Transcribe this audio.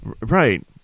Right